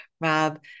Rob